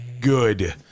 Good